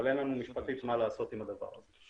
אבל אין לנו משפטית מה לעשות עם הדבר הזה.